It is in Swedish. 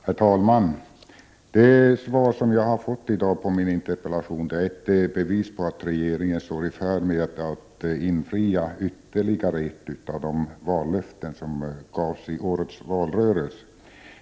Herr talman! Det svar som jag har fått i dag på min interpellation är ett bevis på att regeringen står i färd med att infria ytterligare ett av de vallöften som gavs i årets valrörelse.